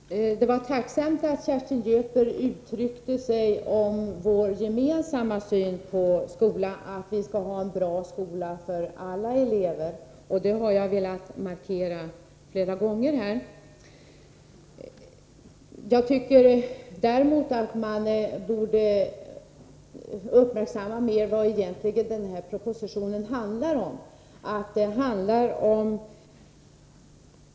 Fru talman! Det var tacknämligt att Kerstin Göthberg gav uttryck för vår gemensamma syn på skolan och sade att vi skall ha en bra skola för alla elever. Det har jag velat markera flera gånger under debatten. Jag tycker emellertid att man mer borde uppmärksamma vad propositionen egentligen handlar om.